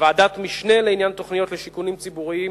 ועדת משנה לעניין תוכניות לשיכונים ציבוריים,